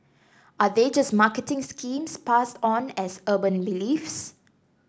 are they just marketing schemes passed on as urban beliefs